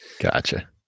Gotcha